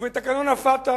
ובתקנון ה"פתח",